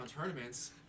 tournaments